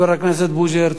חבר הכנסת בוז'י הרצוג.